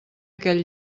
aquell